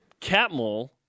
Catmull